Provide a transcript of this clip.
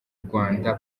rwanda